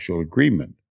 agreement